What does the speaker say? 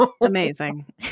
amazing